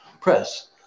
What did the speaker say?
Press